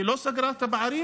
היא לא סגרה את הפערים.